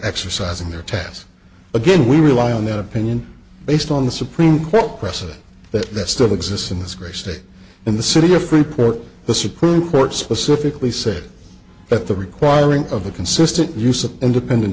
exercising their test again we rely on that opinion based on the supreme court precedent that still exists in this great state in the city or freeport the supreme court specifically said that the requiring of a consistent use of independent